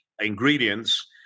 ingredients